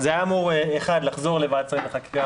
זה היה אמור לחזור לוועדת שרים לחקיקה,